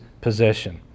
possession